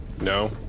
No